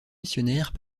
missionnaires